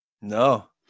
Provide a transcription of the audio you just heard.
No